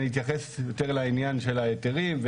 אני אתייחס יותר לעניין של ההיתרים,